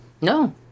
No